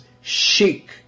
chic